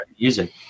music